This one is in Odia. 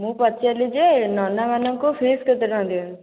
ମୁଁ ପଚାରିଲି ଯେ ନନାମାନଙ୍କୁ ଫିସ୍ କେତେ ଟଙ୍କା ଦିଅନ୍ତି